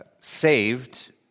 saved